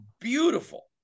beautiful